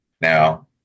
now